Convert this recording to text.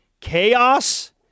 Chaos